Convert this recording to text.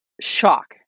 shock